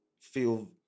feel